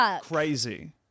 crazy